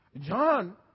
John